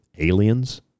Aliens